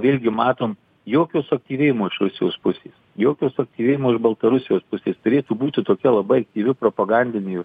vėlgi matom jokio suaktyvėjimo iš rusijos pusės jokio suaktyvėjimo iš baltarusijos pusės turėtų būti tokia labai aktyvi propagandinė